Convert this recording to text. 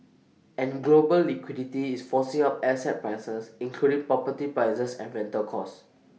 and global liquidity is forcing up asset prices including property prices and rental costs